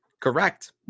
Correct